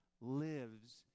lives